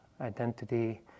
identity